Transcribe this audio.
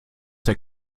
der